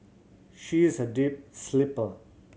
she is a deep sleeper